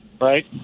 right